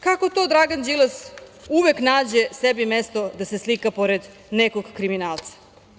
Kako to Dragan Đilas uvek nađe sebi mesto da se slika pored nekog kriminalca?